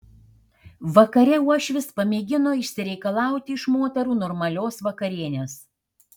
vakare uošvis pamėgino išsireikalauti iš moterų normalios vakarienės